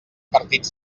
partits